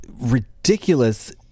ridiculous